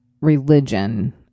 religion